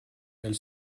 elle